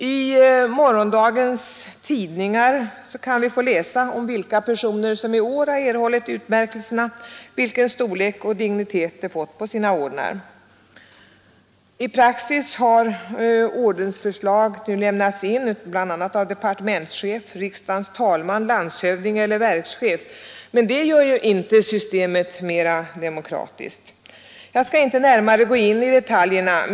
I morgondagens tidningar kan vi läsa om vilka personer som i år erhållit utmärkelserna — vilken storlek och dignitet de fått på sina ordnar. I praxis har ordensförslag lämnats in av bl.a. departementschef, riksdagens talman, landshövding eller verkschef, men det gör ju inte systemet mera demokratiskt. Jag skall inte närmare gå in i detaljerna.